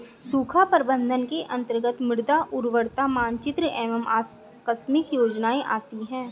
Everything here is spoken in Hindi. सूखा प्रबंधन के अंतर्गत मृदा उर्वरता मानचित्र एवं आकस्मिक योजनाएं आती है